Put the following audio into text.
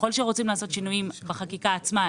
ככל שרוצים לעשות שינויים בחקיקה עצמה,